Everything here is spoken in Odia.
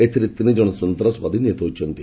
ଏଥିରେ ତିନିକ୍ଷଣ ସନ୍ତାସବାଦୀ ନିହତ ହୋଇଛନ୍ତି